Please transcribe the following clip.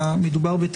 במובן הזה אנחנו